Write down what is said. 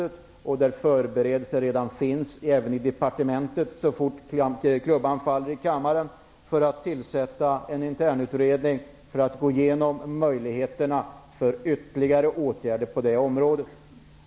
Det finns även förberedelser i departementet för att så fort klubban faller i riksdagen tillsätta en internutredning för att gå igenom möjligheterna för ytterligare åtgärder på detta område.